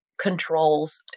controls